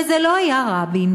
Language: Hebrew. וזה לא היה רבין,